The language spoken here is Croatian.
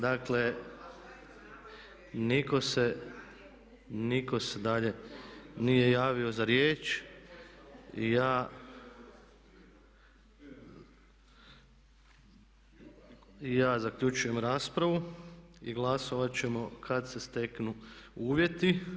Dakle, nitko se dalje nije javio za riječ i ja zaključujem raspravu i glasovat ćemo kad se steknu uvjeti.